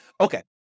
Okay